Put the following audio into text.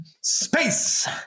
space